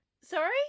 Sorry